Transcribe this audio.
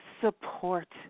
Support